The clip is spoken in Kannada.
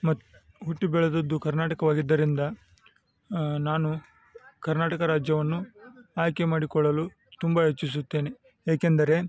ಮತ್ತು ಹುಟ್ಟಿ ಬೆಳೆದದ್ದು ಕರ್ನಾಟಕವಾಗಿದ್ದರಿಂದ ನಾನು ಕರ್ನಾಟಕ ರಾಜ್ಯವನ್ನು ಆಯ್ಕೆಮಾಡಿಕೊಳ್ಳಲು ತುಂಬ ಇಚ್ಛಿಸುತ್ತೇನೆ ಏಕೆಂದರೆ